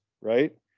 Right